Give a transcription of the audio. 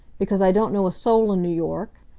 because i don't know a soul in new york,